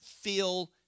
feel